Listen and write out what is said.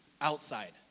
outside